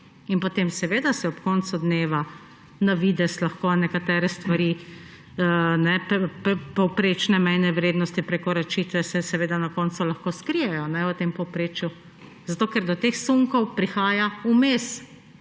In potem seveda se ob koncu dneva na videz lahko nekatere stvari, povprečne mejne vrednosti prekoračitve se seveda na koncu lahko skrijejo v tem povprečju, zato ker do teh sunkov prihaja vmes,